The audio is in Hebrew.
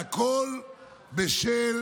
והכול בשל